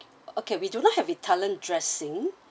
okay we do not have italian dressing